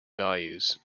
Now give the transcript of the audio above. values